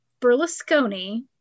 Berlusconi